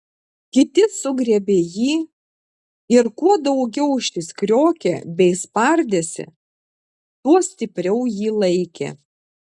kiti sugriebė jį ir kuo daugiau šis kriokė bei spardėsi tuo stipriau jį laikė